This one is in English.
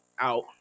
Out